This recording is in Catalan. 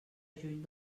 juny